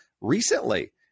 recently